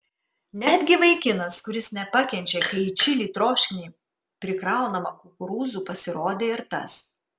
netgi vaikinas kuris nepakenčia kai į čili troškinį prikraunama kukurūzų pasirodė ir tas